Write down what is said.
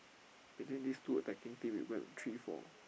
but then these two affecting team we go and three four